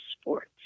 sports